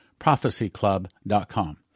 prophecyclub.com